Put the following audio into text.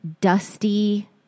dusty